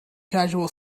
casual